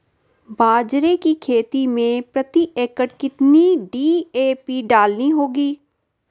बाजरे की खेती में प्रति एकड़ कितनी डी.ए.पी डालनी होगी?